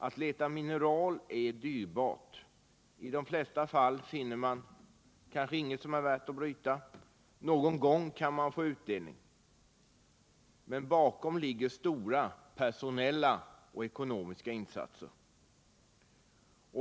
Att leta mineral är dyrt. I de flesta fall finner man ingenting som är värt att bryta. Någon gång kan man få utdelning, men bakom ligger då stora personella och ekonomiska insatser.